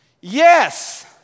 Yes